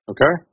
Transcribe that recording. Okay